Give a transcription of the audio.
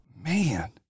Man